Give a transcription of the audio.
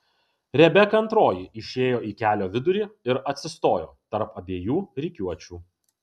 rebeka antroji išėjo į kelio vidurį ir atsistojo tarp abiejų rikiuočių